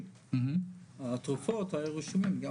התרופות רשומים גם.